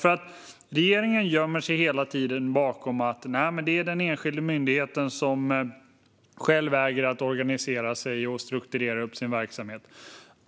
Regeringen gömmer sig hela tiden bakom att den enskilda myndigheten själv äger att organisera och strukturera sin verksamhet.